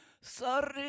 Sorry